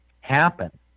happen